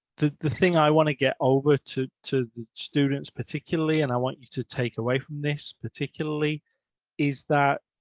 the the thing i want to get over to to students, particularly, and i want you to take away from this particularly is that